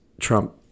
Trump